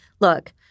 look